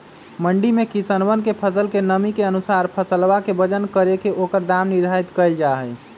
मंडी में किसनवन के फसल के नमी के अनुसार फसलवा के वजन करके ओकर दाम निर्धारित कइल जाहई